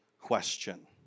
question